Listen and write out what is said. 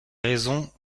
raisons